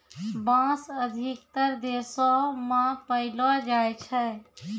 बांस अधिकतर देशो म पयलो जाय छै